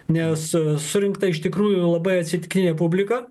nes surinkta iš tikrųjų labai atsitiktinė publika